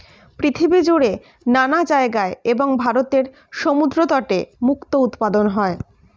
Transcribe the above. পৃথিবী জুড়ে নানা জায়গায় এবং ভারতের সমুদ্র তটে মুক্তো উৎপাদন হয়